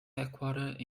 headquartered